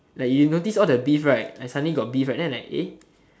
like you notice all the beef right like suddenly got beef right then like eh